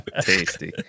tasty